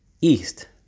east